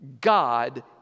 God